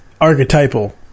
archetypal